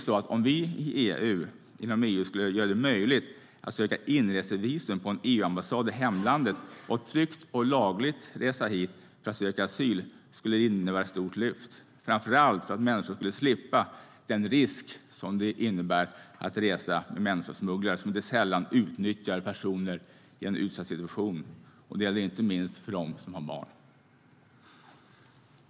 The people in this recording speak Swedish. Skulle EU göra det möjligt för människor att söka inresevisum på en EU-ambassad i hemlandet och tryggt och lagligt resa hit för att söka asyl vore det ett stort lyft, framför allt för att människor skulle slippa den risk det innebär att resa med människosmugglare som inte sällan utnyttjar personer i en utsatt situation. Det gäller inte minst dem med barn.